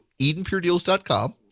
EdenPureDeals.com